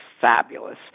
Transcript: fabulous